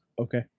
Okay